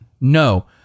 No